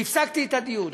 והפסקתי את הדיון.